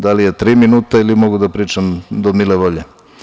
Da li je tri minuta ili mogu da pričam do mile volje?